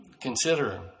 consider